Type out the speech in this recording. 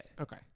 Okay